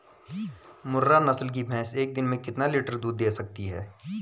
मुर्रा नस्ल की भैंस एक दिन में कितना लीटर दूध दें सकती है?